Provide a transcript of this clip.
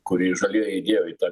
kurį žalieji įdėjo į tą